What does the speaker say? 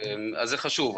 אז זה חשוב.